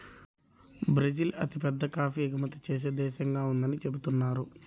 Brazil అతిపెద్ద coffee ఎగుమతి చేసే దేశంగా ఉందని చెబుతున్నారు